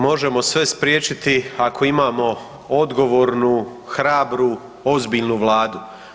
Možemo sve spriječiti ako imamo odgovornu, hrabru, ozbiljnu vladu.